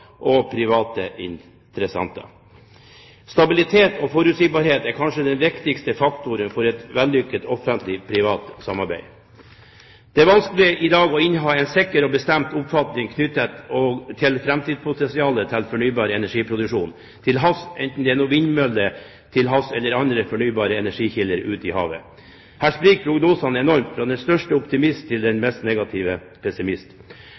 og private interessenter. Stabilitet og forutsigbarhet er kanskje den viktigste faktoren for et vellykket Offentlig Privat Samarbeid. Det er vanskelig i dag å inneha en sikker og bestemt oppfatning om framtidspotensialet til fornybar energiproduksjon til havs, enten det er vindmøller til havs eller andre fornybare energikilder ute i havet. Her spriker prognosene enormt, fra den største optimist til den mest negative pessimist.